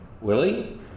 Willie